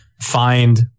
find